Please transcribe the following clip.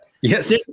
Yes